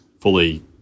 fully